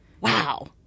Wow